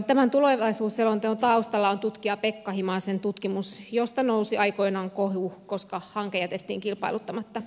tämän tulevaisuusselonteon taustalla on tutkija pekka himasen tutkimus josta nousi aikoinaan kohu koska hanke jätettiin kilpailuttamatta